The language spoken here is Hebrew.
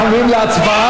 אנחנו עוברים להצבעה.